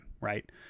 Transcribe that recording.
right